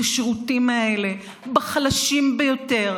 את השירותים האלה בחלשים ביותר,